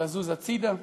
לזוז הצדה.